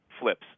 flips